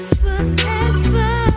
forever